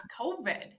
COVID